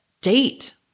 date